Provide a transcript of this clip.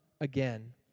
again